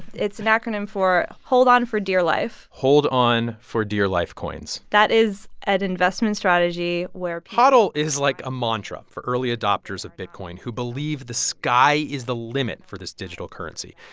it's an acronym for hold on for dear life hold on for dear life coins that is an investment strategy where. hodl is like a mantra for early adopters of bitcoin who believe the sky is the limit for this digital currency.